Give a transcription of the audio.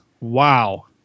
Wow